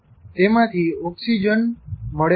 તેમાંથી ઓક્સિજ મળે છે